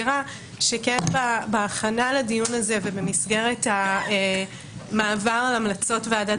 שכן בהכנה לדיון הזה ובמסגרת המעבר של המלצות ועדת